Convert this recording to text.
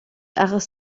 achos